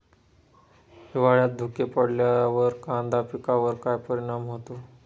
हिवाळ्यात धुके पडल्यावर कांदा पिकावर काय परिणाम होतो?